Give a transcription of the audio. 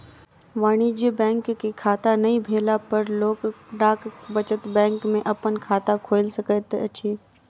वाणिज्य बैंक के खाता नै भेला पर लोक डाक बचत बैंक में अपन खाता खोइल सकैत अछि